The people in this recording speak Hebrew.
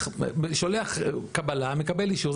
שולח קבלה, מקבל אישור.